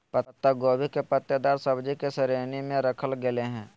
पत्ता गोभी के पत्तेदार सब्जि की श्रेणी में रखल गेले हें